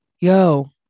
Yo